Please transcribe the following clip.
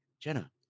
Jenna